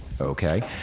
Okay